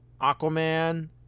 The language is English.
Aquaman